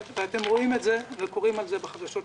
אתם רואים את זה וקוראים על זה בחדשות.